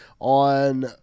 on